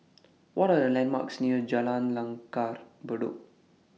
What Are The landmarks near Jalan Langgar Bedok